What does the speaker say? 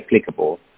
applicable